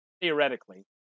theoretically